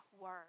word